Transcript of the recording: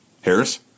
Harris